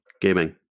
Gaming